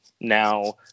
now